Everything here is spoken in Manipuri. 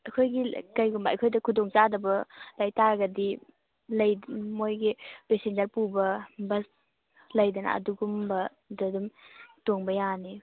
ꯑꯩꯈꯣꯏꯒꯤ ꯀꯩꯒꯨꯝꯕ ꯑꯩꯈꯣꯏꯗ ꯈꯨꯗꯣꯡꯆꯥꯗꯕ ꯂꯩ ꯇꯥꯔꯗꯤ ꯃꯣꯏꯒꯤ ꯄꯦꯁꯦꯟꯖꯔ ꯄꯨꯕ ꯕꯁ ꯂꯩꯗꯅ ꯑꯗꯨꯒꯨꯝꯕꯗ ꯑꯗꯨꯝ ꯇꯣꯡꯕ ꯌꯥꯅꯤ